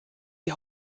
die